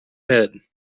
head